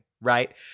Right